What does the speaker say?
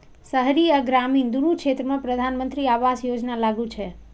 शहरी आ ग्रामीण, दुनू क्षेत्र मे प्रधानमंत्री आवास योजना लागू छै